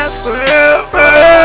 forever